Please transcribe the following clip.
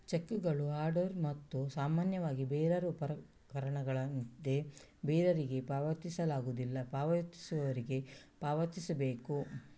ಚೆಕ್ಕುಗಳು ಆರ್ಡರ್ ಮತ್ತು ಸಾಮಾನ್ಯವಾಗಿ ಬೇರರ್ ಉಪಪಕರಣಗಳಂತೆ ಬೇರರಿಗೆ ಪಾವತಿಸಲಾಗುವುದಿಲ್ಲ, ಪಾವತಿಸುವವರಿಗೆ ಪಾವತಿಸಬೇಕು